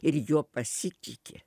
ir juo pasitiki